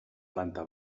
planta